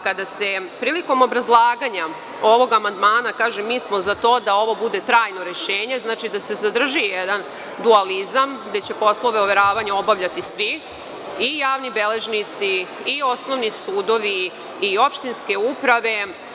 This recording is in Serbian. Kada se prilikom obrazlaganja ovog amandmana kaže – mi smo za to da ovo bude trajno rešenje, to znači da se zadrži jedan dualizam gde će poslove overavanja obavljati svi, i javni beležnici, i osnovni sudovi, i opštinske uprave.